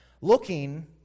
looking